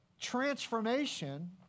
transformation